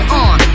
on